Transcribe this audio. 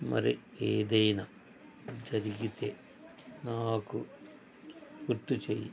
మరి ఏదైనా జరిగితే నాకు గుర్తు చెయ్యి